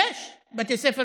יש בתי ספר